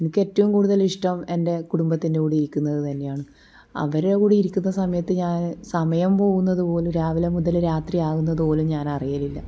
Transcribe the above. എനിക്ക് ഏറ്റവും കൂടുതൽ ഇഷ്ട്ടം എൻ്റെ കുടുംബത്തിൻ്റെ കൂടെ ഇരിക്കുന്നത് തന്നെയാണ് അവരുടെ കൂടെ ഇരിക്കുന്ന സമയത്ത് ഞാൻ സമയം പോകുന്നതു പോലും രാവിലെ മുതൽ രാത്രിയാക്കുന്നതു പോലും ഞാൻ അറിയലില്ല